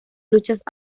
luchas